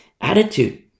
attitude